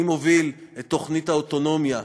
אני מוביל את תוכנית האוטונומיה,